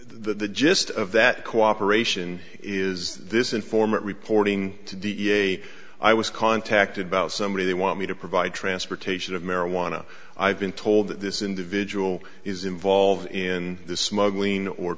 the gist of that cooperation is this informant reporting to d n a i was contacted by out somebody they want me to provide transportation of marijuana i've been told that this individual is involved in this smuggling or